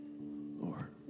Lord